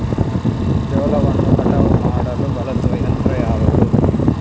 ಜೋಳವನ್ನು ಕಟಾವು ಮಾಡಲು ಬಳಸುವ ಯಂತ್ರ ಯಾವುದು?